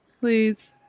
please